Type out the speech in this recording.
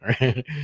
right